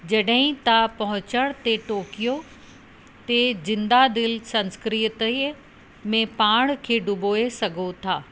जॾहिं त पहुचण ते टोक्यो ते ज़िंदा दिलि संस्कृति में पाण खे डुबोए सघो था